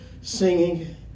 singing